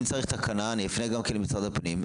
צריך תקנה אני אפנה גם למשרד הפנים.